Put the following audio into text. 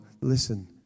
listen